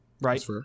Right